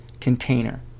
container